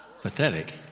pathetic